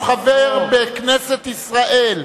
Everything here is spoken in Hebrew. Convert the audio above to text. הוא חבר בכנסת ישראל.